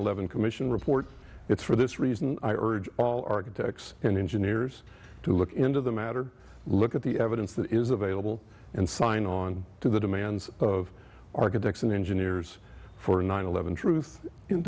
eleven commission report it's for this reason i urge all architects and engineers to look into the matter look at the evidence that is available and sign on to the demands of architects and engineers for nine eleven truth in